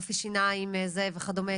רופאי שיניים וכדומה,